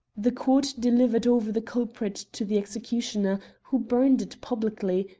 the court delivered over the culprit to the executioner, who burned it publicly,